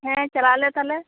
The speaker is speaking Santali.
ᱦᱮᱸ ᱪᱟᱞᱟᱜ ᱟᱞᱮ ᱛᱟᱦᱚᱞᱮ